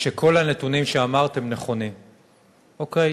שכל הנתונים שאמרת נכונים, אוקיי?